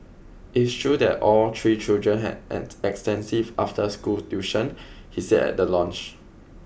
it's true that all three children had had extensive after school tuition he said at the launch